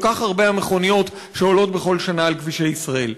כך הרבה המכוניות שעולות בכל שנה על כבישי ישראל.